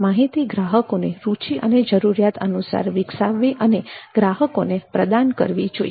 માહિતીને ગ્રાહકોની રુચિ અને જરૂરિયાત અનુસાર વિકસાવવી અને ગ્રાહકોને પ્રદાન કરવી જોઈએ